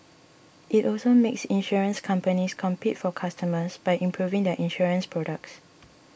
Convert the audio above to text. it also makes insurance companies compete for customers by improving their insurance products